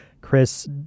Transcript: Chris